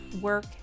work